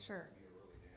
Sure